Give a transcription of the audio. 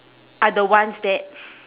are the ones that